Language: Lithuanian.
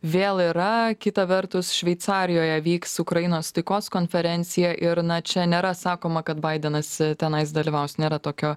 vėl yra kita vertus šveicarijoje vyks ukrainos taikos konferencija ir na čia nėra sakoma kad baidenas tenais dalyvaus nėra tokio